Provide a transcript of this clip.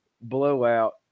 blowout